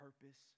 purpose